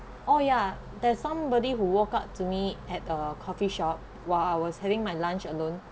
oh yeah there's somebody who walked out to me at a coffee shop while I was having my lunch alone